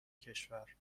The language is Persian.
کشور